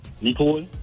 nicole